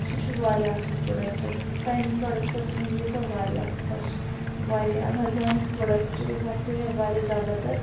سُہ چھُ واریاہ اَصل پروڈَکٹ تمہ پروڈَکٹَس مَنٛز گٔیَس بہٕ واریاہ خۄش واریاہ امیزانٕکۍ پروڈَکٹ باسے مےٚ واریاہ زَبَردَست